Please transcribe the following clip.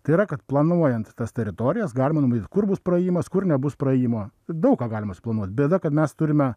tai yra kad planuojant tas teritorijas galima numatyti kur bus praėjimas kur nebus praėjimo daug ką galima suplanuot bėda kad mes turime